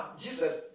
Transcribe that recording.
Jesus